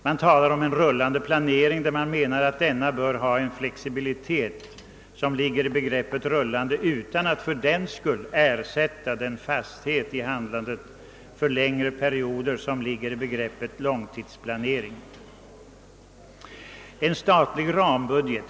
Man talar om en rullande planering och menar att denna bör ha den flexibilitet, som ligger i begreppet rullande, utan att fördenskull eftersätta den fasthet i handlandet för längre perioder, som ligger i begreppet långtidsplanering.